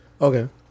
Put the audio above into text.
Okay